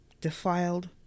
defiled